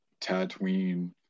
Tatooine